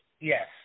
Yes